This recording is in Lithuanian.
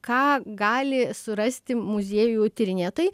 ką gali surasti muziejų tyrinėtojai